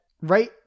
right